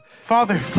Father